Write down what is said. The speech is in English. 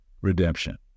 redemption